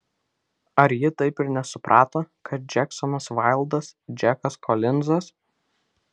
ar ji taip ir nesuprato kad džeksonas vaildas džekas kolinzas